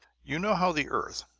you know how the earth,